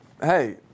Hey